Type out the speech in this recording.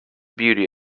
beauty